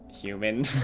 human